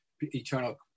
eternal